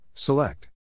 Select